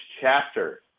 chapter